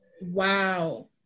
wow